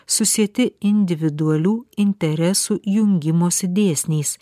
susieti individualių interesų jungimosi dėsniais